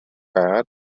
байгаад